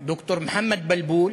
ד"ר מוחמד בלבול